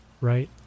Right